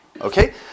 Okay